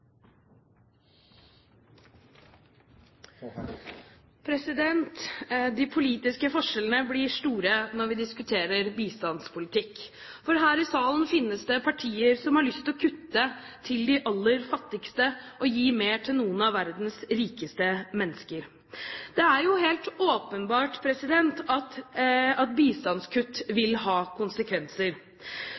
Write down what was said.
De politiske forskjellene blir store når vi diskuterer bistandspolitikk. Her i salen finnes det partier som har lyst til å kutte i bistanden til de aller fattigste og gi mer til noen av verdens rikeste mennesker. Det er helt åpenbart at bistandskutt vil få konsekvenser.